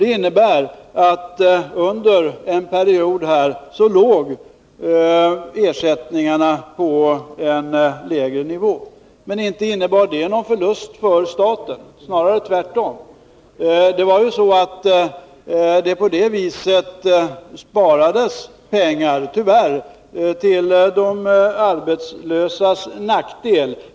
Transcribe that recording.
Det medförde att ersättningarna under en period låg på en lägre nivå. Men inte innebar det någon förlust för staten, snarare tvärtom. På det viset sparades det pengar, tyvärr till de arbetslösas nackdel.